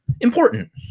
important